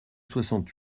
soixante